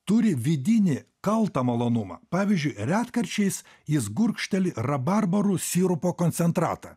turi vidinį kaltą malonumą pavyzdžiui retkarčiais jis gurkšteli rabarbarų sirupo koncentratą